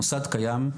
המוסד קיים,